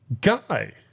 Guy